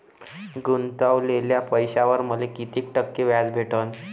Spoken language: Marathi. गुतवलेल्या पैशावर मले कितीक टक्के व्याज भेटन?